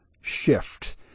shift